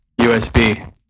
USB